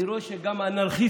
אני רואה שגם אנרכיסטים